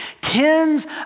tens